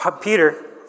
Peter